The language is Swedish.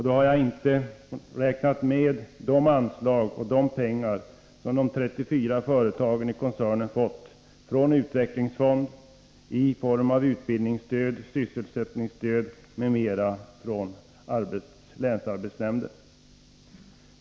Då har jag inte räknat med de pengar som de 34 företagen i koncernen fått från utvecklingsfonden och i form av utbildningsstöd, sysselsättningsstöd m.m. från länsarbetsnämnden.